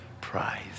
prize